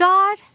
God